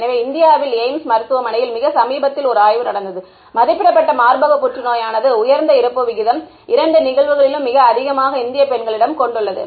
எனவே இந்தியாவில் எய்ம்ஸ் ல் மிக சமீபத்தில் ஒரு ஆய்வு நடந்தது மதிப்பிடப்பட்ட மார்பக புற்றுநோயானது உயர்ந்த இறப்பு விகிதம் இரண்டு நிகழ்வுகளிலும் மிக அதிகமாக இந்தியப் பெண்களிடம் கொண்டுள்ளது